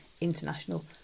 international